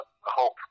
hope